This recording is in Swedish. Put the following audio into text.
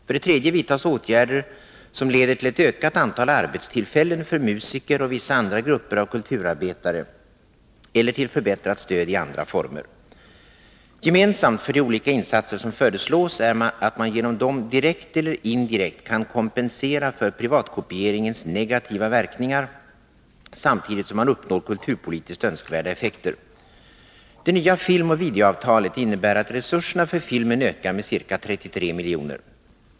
För det tredje vidtas åtgärder som leder till ett ökat antal arbetstillfällen för musiker och vissa andra grupper av kulturarbetare eller till förbättrat stöd i andra former. Gemensamt för de olika insatser som föreslås är att man genom dem direkt eller indirekt kan kompensera för privatkopieringens negativa verkningar, samtidigt som man uppnår kulturpolitiskt önskvärda effekter. Det nya filmoch videoavtalet innebär att resurserna för filmen ökar med ca 33 milj.kr.